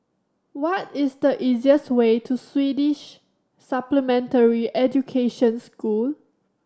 what is the easiest way to Swedish Supplementary Education School